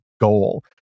goal